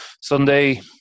sunday